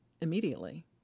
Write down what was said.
immediately